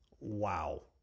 Wow